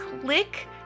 click